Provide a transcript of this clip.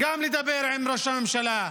גם לדבר עם ראש הממשלה,